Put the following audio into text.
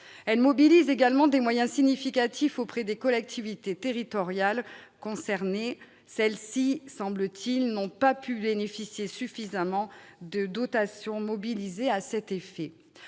Elle mobilise également des moyens significatifs auprès des collectivités territoriales concernées. Ces dernières, semble-t-il, n'ont pu suffisamment bénéficier des dotations mobilisées à cet effet.